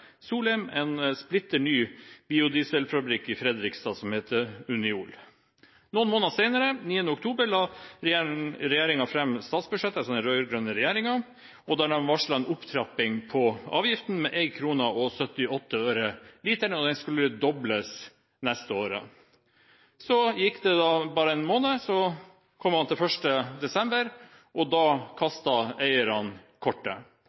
en splitter ny biodieselfabrikk i Fredrikstad som het Uniol. Noen måneder senere, den 9. oktober, la den rød-grønne regjeringen fram et statsbudsjett der de varslet en opptrapping av avgiften med 1,78 kr per liter, og den skulle dobles påfølgende år. Så gikk det bare en drøy måned, man kom til 1. desember, og da